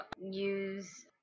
use